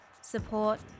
support